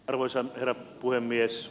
arvoisa herra puhemies